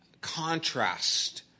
contrast